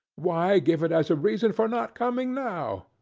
why give it as a reason for not coming now?